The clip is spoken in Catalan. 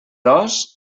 dos